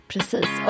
Precis